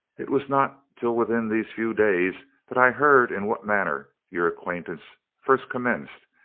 it was not till within these few days that i heard in what manner your acquaintance first commenced,